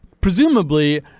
presumably